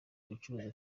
bacuruza